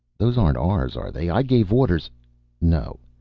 those aren't ours, are they? i gave orders no.